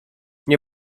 nie